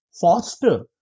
foster